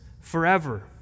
forever